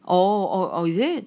oh oh is it